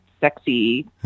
sexy